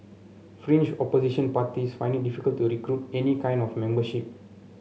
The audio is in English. fringe opposition parties find it difficult to recruit any kind of membership